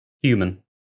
human